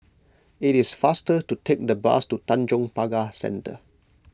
it is faster to take the bus to Tanjong Pagar Centre